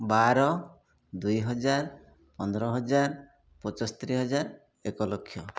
ବାର ଦୁଇହଜାର ପନ୍ଦରହଜାର ପଚସ୍ତରିହଜାର ଏକଲକ୍ଷ